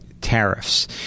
tariffs